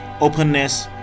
openness